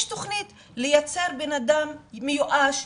יש תכנית לייצר בנאדם מיואש,